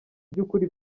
by’ukuri